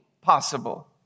possible